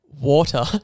water